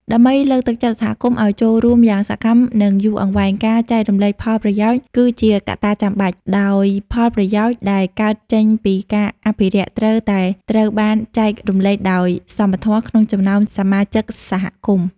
ដើម្បីលើកទឹកចិត្តសហគមន៍ឱ្យចូលរួមយ៉ាងសកម្ម និងយូរអង្វែង ការចែករំលែកផលប្រយោជន៍ គឺជាកត្តាចាំបាច់ ដោយផលប្រយោជន៍ដែលកើតចេញពីការអភិរក្ស ត្រូវតែត្រូវបាន ចែករំលែកដោយសមធម៌ ក្នុងចំណោមសមាជិកសហគមន៍។